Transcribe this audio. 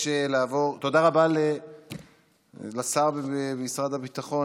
תודה רבה לשר במשרד הביטחון,